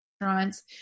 restaurants